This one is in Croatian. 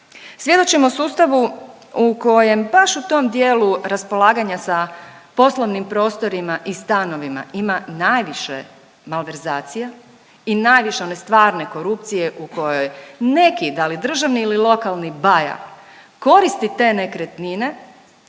Svjedočimo sustavu u kojem baš u tom dijelu raspolaganja sa poslovnim prostorima i stanovima ima najviše malverzacija i najviše one stvarne korupcije u kojoj neki da li državni ili lokalni baja koristi te nekretnine